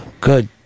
good